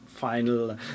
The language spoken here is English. final